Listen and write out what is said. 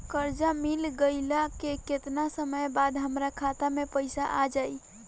कर्जा मिल गईला के केतना समय बाद हमरा खाता मे पैसा आ जायी?